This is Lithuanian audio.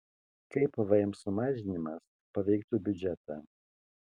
kaip pvm sumažinimas paveiktų biudžetą